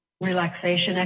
relaxation